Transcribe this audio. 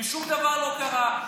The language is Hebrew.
ושום דבר לא קרה,